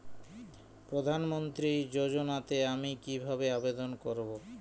প্রধান মন্ত্রী যোজনাতে আমি কিভাবে আবেদন করবো?